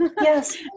Yes